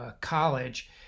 college